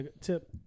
Tip